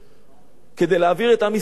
כדי להעביר את עם ישראל על דתו.